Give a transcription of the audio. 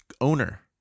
owner